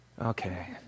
Okay